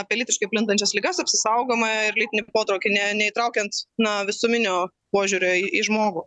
apie lytiškai plintančias ligas apsisaugojimą ir lytinį potraukį ne neįtraukiant na visuminio požiūrio į žmogų